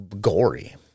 gory